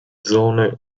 zone